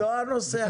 זה לא הנושא עכשיו.